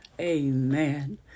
Amen